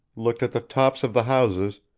looked at the tops of the houses,